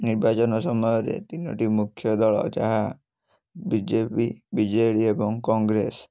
ନିର୍ବାଚନ ସମୟରେ ତିନୋଟି ମୁଖ୍ୟ ଦଳ ଯାହା ବିଜେପି ବିଜେଡ଼ି ଏବଂ କଂଗ୍ରେସ